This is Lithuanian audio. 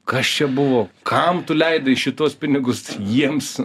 kas čia buvo kam tu leidai šituos pinigus jiems